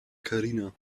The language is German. karina